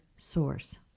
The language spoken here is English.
source